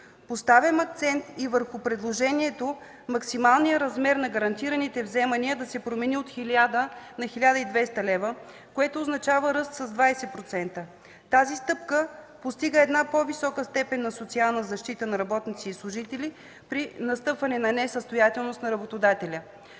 Поставям акцент и върху предложението максималният размер на гарантираните вземания да се промени от 1000 на 1200 лв., което означава ръст с 20%. Тази стъпка постига по-висока степен на социална защита на работници и служители при настъпване на несъстоятелност на работодателя.